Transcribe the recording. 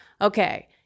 Okay